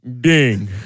ding